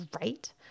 right